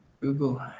Google